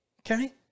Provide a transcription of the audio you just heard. okay